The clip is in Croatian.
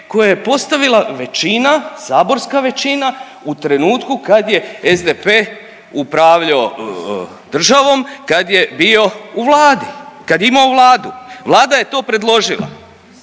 koje je postavila većina, saborska većina u trenutku kad je SDP upravljao državom kad je bio u Vladi, kad je imao Vladu, Vlada je to predložila,